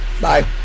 Bye